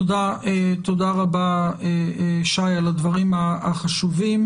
תודה רבה, שי, על הדברים החשובים.